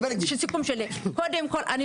קודם כל,